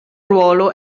ruolo